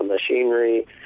Machinery